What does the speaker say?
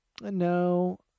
No